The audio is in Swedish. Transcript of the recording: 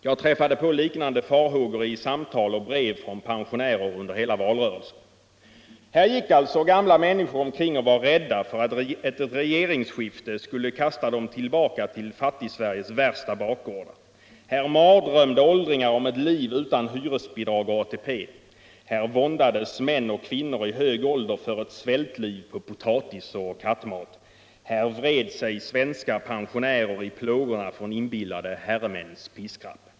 Jag träffade på liknande farhågor i samtal och brev från pensionärer under hela valrörelsen. Här gick alltså gamla människor omkring och var rädda för att ett regeringsskifte skulle kasta dem tillbaka till Fattigsveriges värsta bakgårdar, här mardrömde åldringar om ett liv utan hyresbidrag och ATP, här våndades män och kvinnor i hög ålder för ett svältliv på potatis och kattmat, här vred sig svenska pensionärer i plågorna från inbillade herremäns piskrapp.